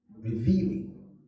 revealing